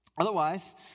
Otherwise